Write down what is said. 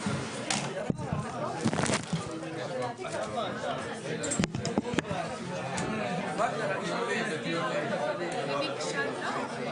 בחשבון את העניין הזה שלא נחזור על אותו דבר ולא ייצא מזה שום דבר.